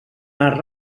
les